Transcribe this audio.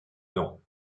non